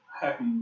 happy